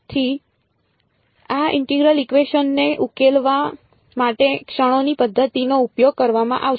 તેથી આ integral equation ને ઉકેલવા માટે ક્ષણોની પદ્ધતિનો ઉપયોગ કરવામાં આવશે